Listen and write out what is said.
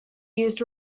used